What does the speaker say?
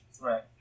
Right